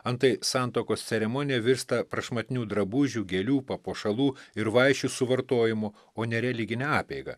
antai santuokos ceremonija virsta prašmatnių drabužių gėlių papuošalų ir vaišių suvartojimu o ne religine apeiga